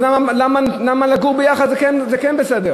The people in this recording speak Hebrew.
אז למה לגור ביחד זה כן בסדר?